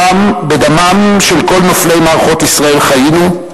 בדמם של כל נופלי מערכות ישראל חיינו,